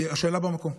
השאלה במקום.